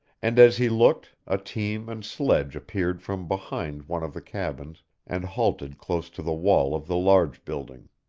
and as he looked a team and sledge appeared from behind one of the cabins and halted close to the wall of the large building.